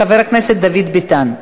של חבר הכנסת דוד ביטן.